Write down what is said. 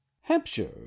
hampshire